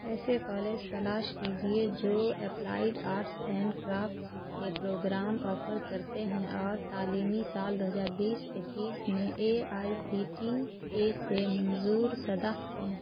ایسے کالج تلاش کیجیے جو اپلائڈ آرٹس اینڈ کرافٹس کے پروگرام آفر کرتے ہیں اور تعلیمی سال دو ہزار بیس اکیس میں A I C T E سے منظور شدہ ہیں